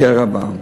הקרע בעם.